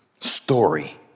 story